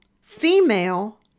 female